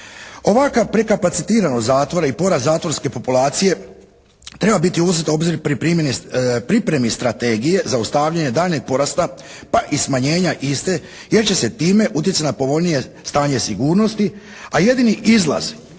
Ovakva prekapacitiranost zatvora i porast zatvorske populacije treba biti uzeta u obzir pri pripremi strategije zaustavljanja daljnjeg porasta pa i smanjenja iste jer će se time utjecati na povoljnije stanje sigurnosti, a jedini izlaz